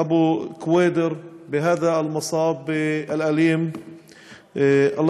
למשפחת אבו קוידר על האסון הכבד שפקד אותם.